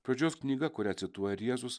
pradžios knyga kurią cituoja ir jėzus